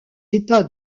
états